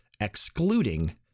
excluding